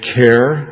care